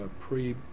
pre